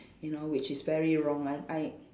you know which is very wrong I I